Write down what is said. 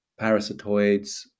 parasitoids